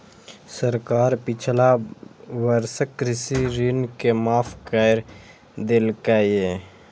सरकार पिछला वर्षक कृषि ऋण के माफ कैर देलकैए